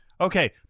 Okay